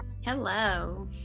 Hello